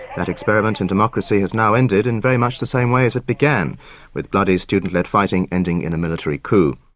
that experiment in democracy has now ended in very much the same way as it began with bloody student-led fighting ending in a military coup.